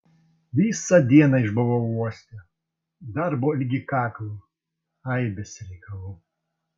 visą dieną išbuvau uoste darbo ligi kaklo aibės reikalų